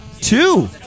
Two